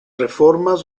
reformas